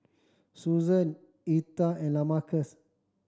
Susann Etha and Lamarcus